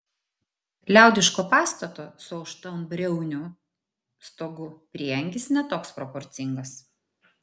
liaudiško pastato su aštuonbriauniu stogu prieangis ne toks proporcingas